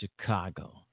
Chicago